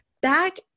back